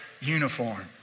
uniform